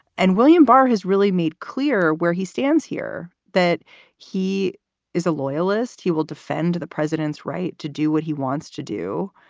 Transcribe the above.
and william barr has really made clear where. he stands here that he is a loyalist. he will defend the president's right to do what he wants to do.